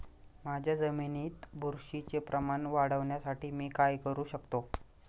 माझ्या जमिनीत बुरशीचे प्रमाण वाढवण्यासाठी मी काय करू शकतो?